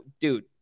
dude